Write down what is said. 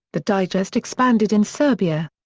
the digest expanded in serbia.